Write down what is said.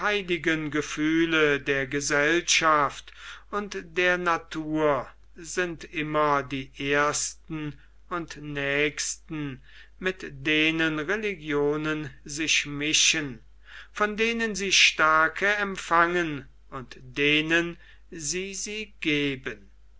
gefühle der gesellschaft und der natur sind immer die ersten und nächsten mit denen religionen sich mischen von denen sie stärke empfangen und denen sie sie geben